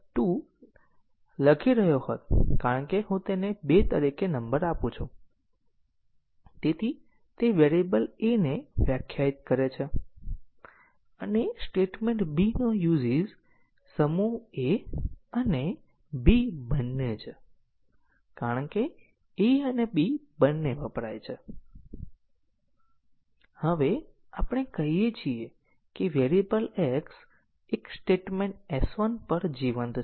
તેથી જે રીતે આપણે અત્યારે e n 2 તરફ જોયું તે રીતે તે સ્વચાલિત કરવું સરળ છે આપણી પાસે સાયક્લોમેટિક મેટ્રિક ની ગણતરી કરવાની રીત પણ હોઈ શકે છે સામાન્ય રીતે ગ્રાફ CFGનું ટેસ્ટીંગ કરીને તમે સામાન્ય રીતે અવલોકન કરી શકો છો અને કહો કે તે શું છે સાયક્લોમેટિક કોમ્પ્લેક્ષીટી છે